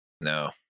no